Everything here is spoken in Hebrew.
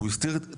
הוא הסתיר את